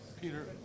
Peter